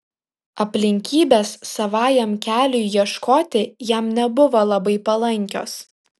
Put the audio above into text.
aplinkybės savajam keliui ieškoti jam nebuvo labai palankios